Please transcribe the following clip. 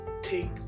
Take